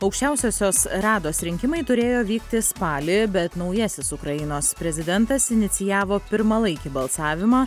aukščiausiosios rados rinkimai turėjo vykti spalį bet naujasis ukrainos prezidentas inicijavo pirmalaikį balsavimą